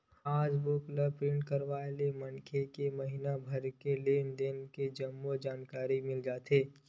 पास book ल print करवाय ले मनखे के महिना भर के लेन देन के जम्मो जानकारी मिल जाथे